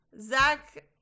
Zach